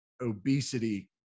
obesity